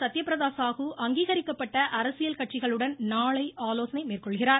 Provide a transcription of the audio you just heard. சத்யபிரதா சாகு அங்கீகரிக்கப்பட்ட அரசியல் கட்சிகளுடன் நாளை ஆலோசனை மேற்கொள்கிறார்